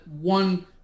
one